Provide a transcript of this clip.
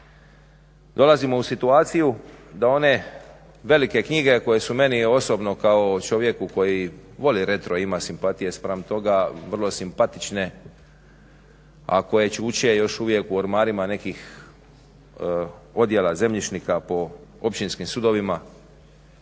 Dolazimo u situaciju da one velike knjige koje su meni osobno kao čovjeku koje voli retro i ima simpatije spram toga, vrlo simpatične, a koje čuče još uvijek u ormarima nekih odjela zemljišnika po općinskim sudovima.